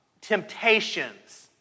temptations